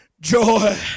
joy